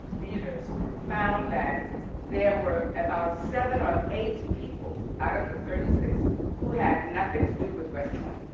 leaders found that there were about seven or eight people out of the thirty six who had nothing to do with west point.